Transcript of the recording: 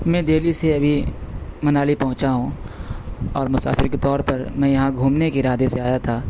میں دہلی سے ابھی منالی پہنچا ہوں اور مسافر کے طور پر میں یہاں گھومنے کے ارادے سے آیا تھا